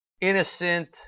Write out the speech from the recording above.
innocent